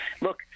Look